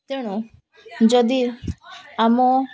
ତେଣୁ ଯଦି ଆମ